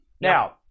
Now